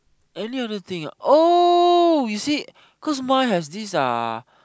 any other thing oh you see cause mine has this uh